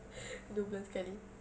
dua bulan sekali